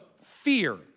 fear